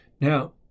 Now